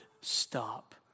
stop